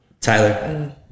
Tyler